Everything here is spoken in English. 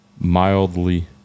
mildly